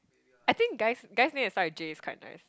I think guys guys name that start with J is quite nice